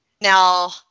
Now